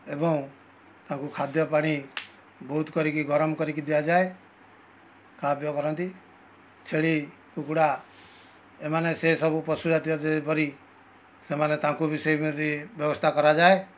ଏବଂ ତାକୁ ଖାଦ୍ୟ ପାଣି ବହୁତ କରିକି ଗରମ କରିକି ଦିଆଯାଏ ଖିଆପିଆ କରନ୍ତି ଛେଳି କୁକୁଡ଼ା ଏମାନେ ସେ ସବୁ ପଶୁଜାତୀୟ ଯେପରି ସେମାନେ ତାଙ୍କୁ ବି ସେଇପରି ବ୍ୟବସ୍ଥା କରାଯାଏ